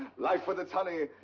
life with its honey,